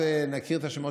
אז נכיר יותר את השמות.